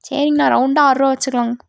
சரிங்கண்ணா ரவுண்டாக ஆறுரூவா வச்சுக்கலாங்க